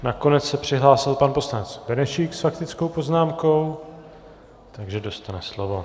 Nakonec se přihlásil pan poslanec Benešík s faktickou poznámkou, takže dostane slovo.